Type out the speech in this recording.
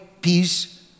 peace